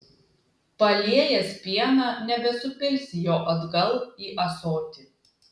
paliejęs pieną nebesupilsi jo atgal į ąsotį